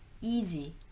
easy